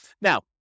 Now